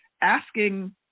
asking